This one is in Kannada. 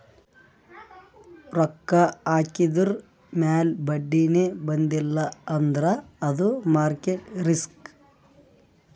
ರೊಕ್ಕಾ ಹಾಕಿದುರ್ ಮ್ಯಾಲ ಬಡ್ಡಿನೇ ಬಂದಿಲ್ಲ ಅಂದ್ರ ಅದು ಮಾರ್ಕೆಟ್ ರಿಸ್ಕ್